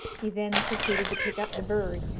he then proceeded to pick up the bird,